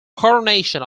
coronation